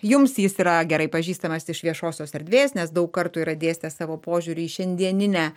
jums jis yra gerai pažįstamas iš viešosios erdvės nes daug kartų yra dėstęs savo požiūrį į šiandieninę